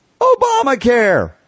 Obamacare